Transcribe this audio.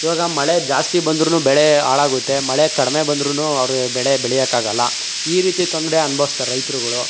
ಇವಾಗ ಮಳೆ ಜಾಸ್ತಿ ಬಂದ್ರೂ ಬೆಳೆ ಹಾಳಾಗುತ್ತೆ ಮಳೆ ಕಡಿಮೆ ಬಂದ್ರೂ ಅವ್ರಿಗೆ ಬೆಳೆ ಬೆಳಿಯೋಕ್ಕಾಗೋಲ್ಲ ಈ ರೀತಿ ತೊಂದರೆ ಅನ್ಬೌಸ್ತಾರೆ ರೈತರುಗಳು